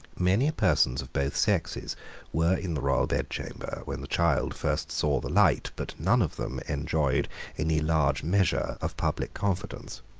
many persons of both sexes were in the royal bedchamber when the child first saw the light but none of them enjoyed any large measure of public confidence.